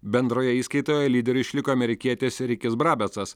bendroje įskaitoje lyderiu išliko amerikietis rikis brabecas